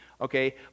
Okay